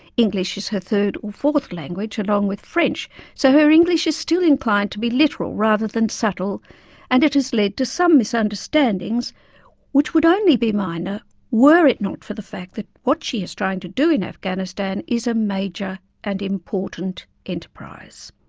english is her third or fourth language along with french so her english is still inclined to be literal rather than subtle and it has led to some misunderstandings which would only be minor were it not for the fact that what she is trying to do in afghanistan is a major and important enterprise.